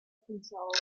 control